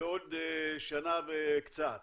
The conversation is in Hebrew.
בעוד שנה וקצת